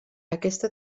aquesta